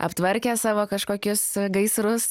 aptvarkę savo kažkokius gaisrus